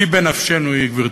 כי בנפשנו היא, גברתי.